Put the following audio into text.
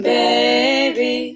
baby